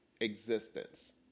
existence